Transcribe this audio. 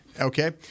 Okay